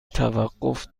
توقف